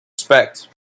Respect